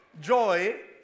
joy